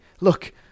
look